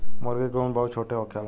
मूर्गी के उम्र बहुत छोट होखेला